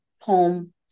home